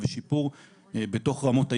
אבל כן אפשר לראות עלייה ושיפור בתוך רמות היעד,